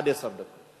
עד עשר דקות.